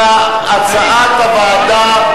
כהצעת הוועדה.